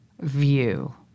view